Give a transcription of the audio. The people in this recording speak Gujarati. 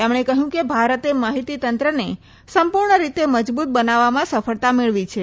તેમણે કહ્યું કે ભારતે માહિતી તંત્રને સંપૂર્ણ રીતે મજબૂત બનાવવામાં સફળતા મેળવી છે